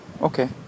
Okay